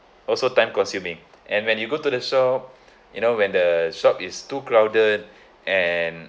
also time consuming and when you go to the shop you know when the shop is too crowded and